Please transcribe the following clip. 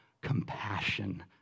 compassion